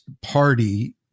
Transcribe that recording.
party